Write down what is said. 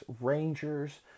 Rangers